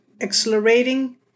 accelerating